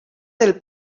del